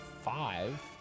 Five